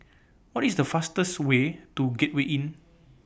What IS The fastest Way to Gateway Inn